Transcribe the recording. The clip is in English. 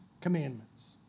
commandments